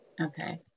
okay